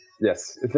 Yes